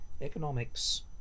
Economics